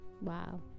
Wow